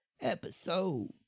episode